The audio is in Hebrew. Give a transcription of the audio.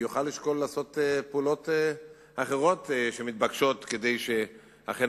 יוכל לשקול לעשות פעולות אחרות שמתבקשות כדי שאכן